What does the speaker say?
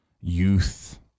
youth